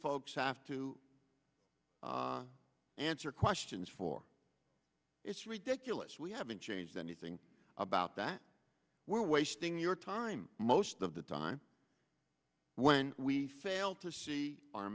folks have to answer questions for it's ridiculous we haven't changed anything about that we're wasting your time most of the time when we fail to see our